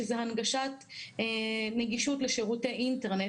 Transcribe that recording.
שזה הנגשת נגישות לשירותי אינטרנט.